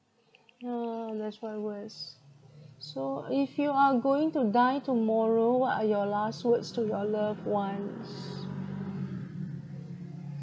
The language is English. yeah that's why worse so if you are going to die tomorrow what are your last words to your loved ones